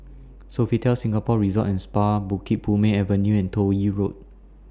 Sofitel Singapore Resort and Spa Bukit Purmei Avenue and Toh Yi Road